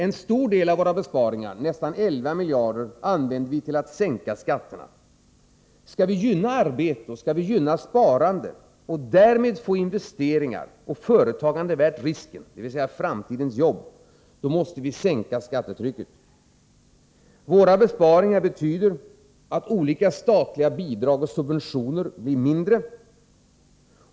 En stor del av våra besparingar — nästan 11 miljarder — använder vi till att sänka skatterna. Skall vi gynna arbete och sparande och därmed göra investeringar och företagande — dvs. framtidens jobb — värda risken, måste vi sänka skattetrycket. Våra besparingar innebär att olika statliga bidrag och subventioner blir mindre.